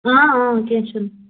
اۭں اۭں کیٚنہہ چھُنہٕ